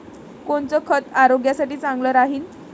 कोनचं खत आरोग्यासाठी चांगलं राहीन?